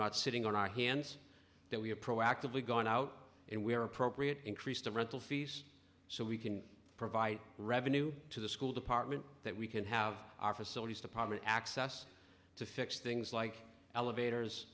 not sitting on our hands that we approach actively going out and we are appropriate increase the rental fees so we can provide revenue to the school department that we can have our facilities department access to fix things like elevators